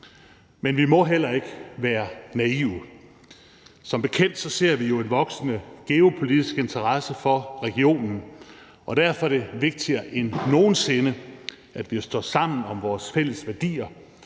men vi må heller ikke være naive. Som bekendt ser vi jo en voksende geopolitisk interesse for regionen, og derfor er det vigtigere end nogen sinde før, at vi står sammen om vores fælles værdier